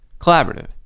collaborative